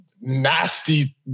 nasty